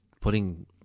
putting